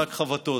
שק חבטות.